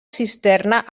cisterna